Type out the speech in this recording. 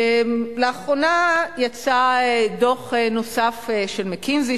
לאחרונה יצא דוח נוסף של "מקינזי",